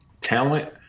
talent